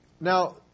now